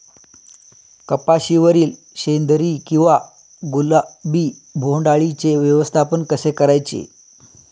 कपाशिवरील शेंदरी किंवा गुलाबी बोंडअळीचे व्यवस्थापन कसे करायचे?